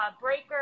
breaker